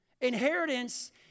Inheritance